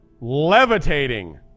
levitating